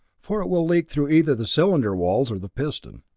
for it will leak through either the cylinder walls or the piston.